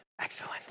Excellent